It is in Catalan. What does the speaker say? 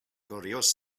gloriós